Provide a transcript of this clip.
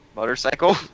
Motorcycle